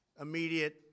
immediate